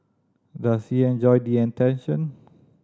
does he enjoy the attention